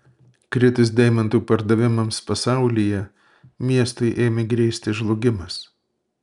kritus deimantų pardavimams pasaulyje miestui ėmė grėsti žlugimas